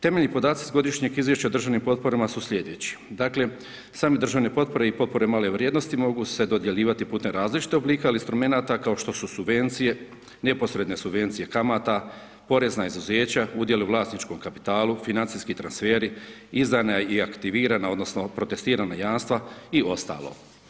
Temeljni podaci s Godišnjeg izvješća o državnim potporama su slijedeći, dakle same državne potpore i potpore male vrijednosti mogu se dodjeljivati putem različitog oblika instrumenata kao što su subvencije, neposredne subvencije kamata, porezna izuzeća, udjeli u vlasničkom kapitalu, financijski transferi, izdana i aktivirana odnosno protestirana jamstva i ostalo.